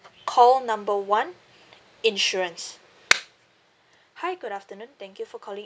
call number one insurance hi good afternoon thank you for calling